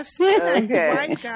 Okay